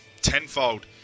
tenfold